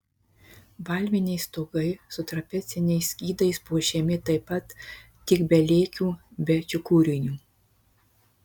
valminiai stogai su trapeciniais skydais puošiami taip pat tik be lėkių be čiukurinių